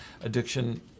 addiction